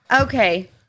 Okay